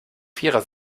vierer